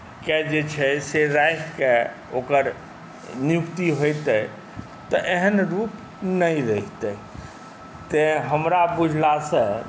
के जे छै से राखि कऽ ओकर नियुक्ति होइतै तऽ एहन रूप नहि रहितै तैँ हमरा बुझलासँ